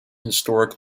historic